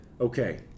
okay